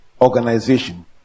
organization